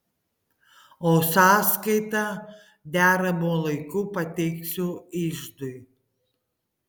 o sąskaitą deramu laiku pateiksiu iždui